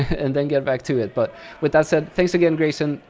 and then get back to it. but with that said, thanks again, grayson.